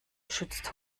schützt